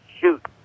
shoot